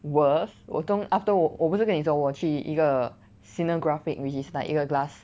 worth 我动 afterward 我不是跟你说我去一个 scenographic which is like 一个 glass